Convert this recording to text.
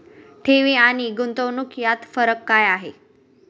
ठेवी आणि गुंतवणूक यात फरक काय आहे?